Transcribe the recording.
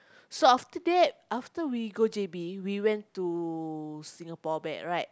so after that after we go J_B we went to Singapore back right